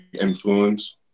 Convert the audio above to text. influence